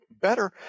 better